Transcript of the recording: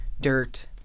dirt